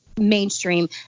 mainstream